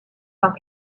par